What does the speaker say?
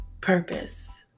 purpose